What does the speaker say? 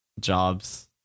jobs